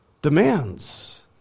demands